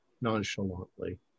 nonchalantly